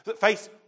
Face